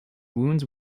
wounds